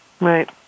right